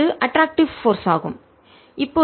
இது attractive force ஈர்ப்பு விசை ஆகும்